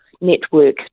network